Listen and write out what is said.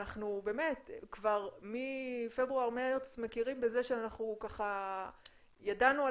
אנחנו כבר מפברואר-מארס מכירים בזה שאנחנו ידענו על